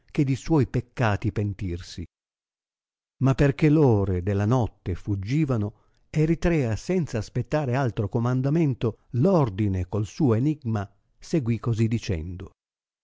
che di suoi peccati pentirsi a perché l ore della notte fuggivano eritrea senza aspettare altro comandamento l ordine col suo enigma seguì così dicendo